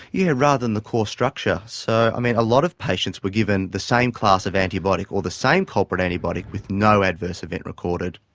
yeah rather than the core structure. so a lot of patients were given the same class of antibiotic or the same culprit antibiotic with no adverse events recorded.